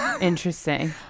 Interesting